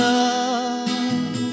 love